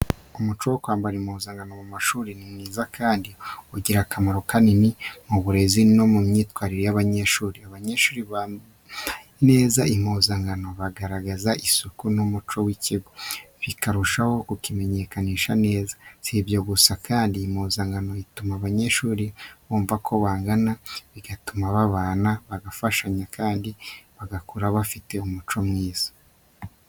Umuco wo kwambara impuzankano mu mashuri ni mwiza kandi ugira akamaro kanini mu burezi no mu myitwarire y’abanyeshuri. Abanyeshuri bambaye neza impuzankano bagaragaza isuku n’umuco w’ikigo, bikarushaho kukimenyekanisha neza. Si ibyo gusa kandi impuzankano ituma abanyeshuri bumva ko bangana, bigatuma bubahana, bagafashanya kandi bagakura bafite umuco mwiza.